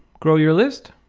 grow your list.